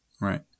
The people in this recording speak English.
Right